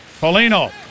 Polino